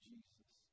Jesus